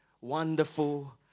wonderful